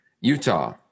Utah